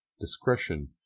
discretion